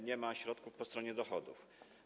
Nie ma środków po stronie dochodów.